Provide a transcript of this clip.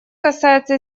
касается